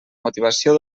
motivació